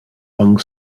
bang